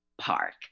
Park